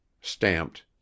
stamped